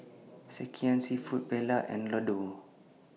Sekihan Seafood Paella and Ladoo